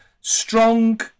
strong